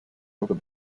other